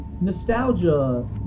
Nostalgia